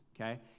okay